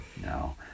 no